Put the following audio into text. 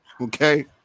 Okay